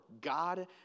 God